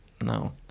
No